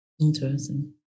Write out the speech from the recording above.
Interesting